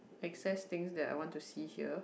access things that I want to see here